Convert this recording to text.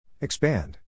Expand